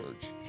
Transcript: Church